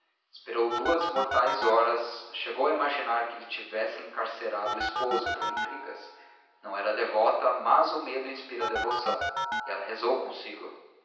esperou duas mortais horas chegou a imaginar que lhe tivessem encarcerado o esposo por intrigas não era devota mas o medo inspira devoção e ela rezou consigo